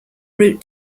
route